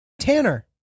Tanner